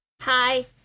Hi